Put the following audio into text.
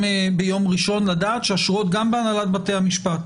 ראשון לדעת שהשורות גם בהנהלת בתי המשפט